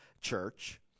church